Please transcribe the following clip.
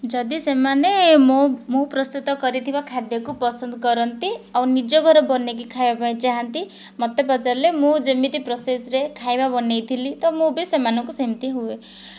ଯଦି ସେମାନେ ମୁଁ ପ୍ରସ୍ତୁତ କରିଥିବା ଖାଦ୍ୟକୁ ପସନ୍ଦ କରନ୍ତି ଆଉ ନିଜ ଘରେ ବନେଇକି ଖାଇବା ପାଇଁ ଚାହାନ୍ତି ମୋତେ ପଚାରିଲେ ମୁଁ ଯେମିତି ପ୍ରୋସେସ୍ରେ ଖାଇବା ବନେଇଥିଲି ତ ମୁଁ ବି ସେମାନଙ୍କୁ ସେମିତି ହୁଏ